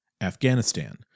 Afghanistan